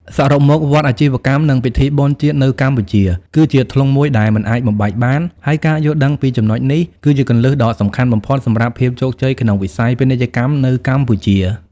សរុបមក វដ្តអាជីវកម្ម និងពិធីបុណ្យជាតិនៅកម្ពុជា គឺជាធ្លុងមួយដែលមិនអាចបំបែកបាន ហើយការយល់ដឹងពីចំណុចនេះ គឺជាគន្លឹះដ៏សំខាន់បំផុតសម្រាប់ភាពជោគជ័យក្នុងវិស័យពាណិជ្ជកម្មនៅកម្ពុជា។